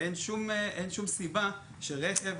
אין שום סיבה שרכב